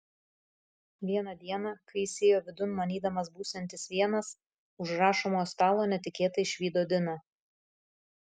vieną dieną kai jis įėjo vidun manydamas būsiantis vienas už rašomojo stalo netikėtai išvydo diną